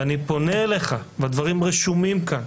אני פונה אליך, והדברים רשומים כאן.